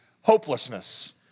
hopelessness